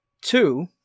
Two